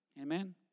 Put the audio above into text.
Amen